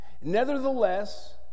Nevertheless